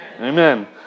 Amen